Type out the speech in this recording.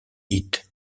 hit